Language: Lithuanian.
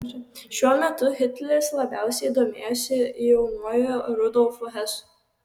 šiuo metu hitleris labiausiai domėjosi jaunuoju rudolfu hesu